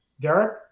Derek